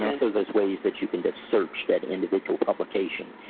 yeah so there's ways that you can just search that individual publication.